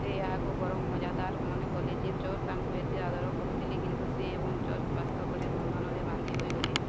ସେ ଏହାକୁ ବରଂ ମଜାଦାର ମନେ କଲେ ଯେ ଜର୍ଜ ତାଙ୍କୁ ଏତେ ଆଦର କରୁଥିଲେ କିନ୍ତୁ ସେ ଏବଂ ଜର୍ଜ ବାସ୍ତବରେ ବନ୍ଧନରେ ବାନ୍ଧି ହୋଇଗଲେ